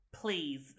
please